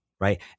right